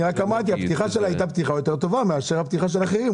רק אמרתי שהפתיחה שלה הייתה טובה יותר מאשר הפתיחה של אחרים.